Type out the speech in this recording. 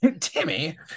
Timmy